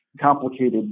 complicated